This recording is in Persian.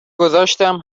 گذاشتم